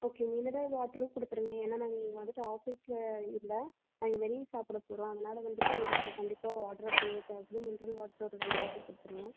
okay mineral வாட்டரும் கொடுத்துடுங்க ஏன்னா நாங்கள் இங்கே வந்துவிட்டு ஆஃபீஸில் இல்லை நான் இங்கே வெளியே சாப்பிட போகிறோம் அதனால் வந்துவிட்டு எங்களுக்கு கண்டிப்பாக வாட்ரு அப்டிங்கிறது தேவைப்படும் மினரல் வாட்டர் ஒரு ரெண்டு பாட்டில் கொடுத்துடுங்க